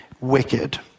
wicked